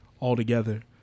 altogether